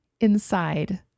inside